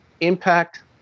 impact